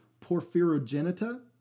Porphyrogenita